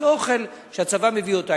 זה אוכל שהצבא מביא אותו.